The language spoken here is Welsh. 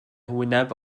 wyneb